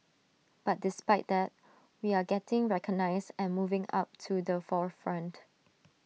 but despite that we are getting recognised and moving up to the forefront